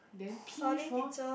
then P for